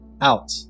Out